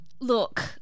Look